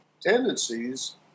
tendencies